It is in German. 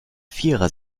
vierer